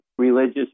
Religious